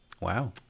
Wow